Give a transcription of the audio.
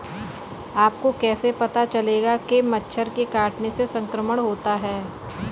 आपको कैसे पता चलेगा कि मच्छर के काटने से संक्रमण होता है?